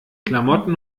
klamotten